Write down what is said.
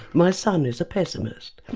my son is a pessimist.